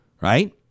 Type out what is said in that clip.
Right